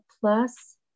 plus